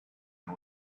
and